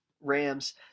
Rams